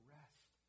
rest